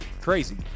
crazy